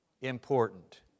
important